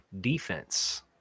defense